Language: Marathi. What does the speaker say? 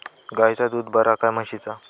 गायचा दूध बरा काय म्हशीचा?